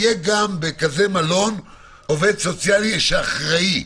יהיה בכזה מלון גם עובד סוציאלי שאחראי.